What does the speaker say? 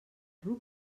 ruc